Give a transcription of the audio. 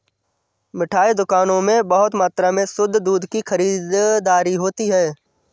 मिठाई दुकानों में बहुत मात्रा में शुद्ध दूध की खरीददारी होती है